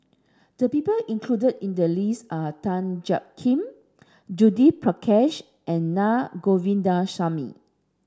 the people included in the list are Tan Jiak Kim Judith Prakash and Na Govindasamy